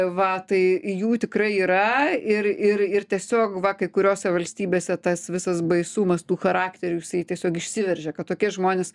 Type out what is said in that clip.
va tai jų tikrai yra ir ir ir tiesiog va kai kuriose valstybėse tas visas baisumas tų charakterių jisai tiesiog išsiveržia kad tokie žmonės